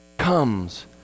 comes